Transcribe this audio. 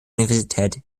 universität